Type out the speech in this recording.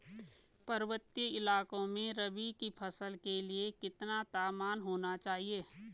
पर्वतीय इलाकों में रबी की फसल के लिए कितना तापमान होना चाहिए?